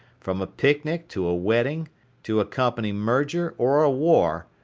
from a picnic to a wedding to a company merger or a war,